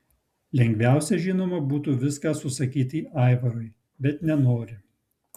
lengviausia žinoma būtų viską susakyti aivarui bet nenori